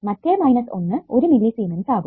മറ്റേ minus 1 1 millisiemens ആകും